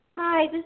Hi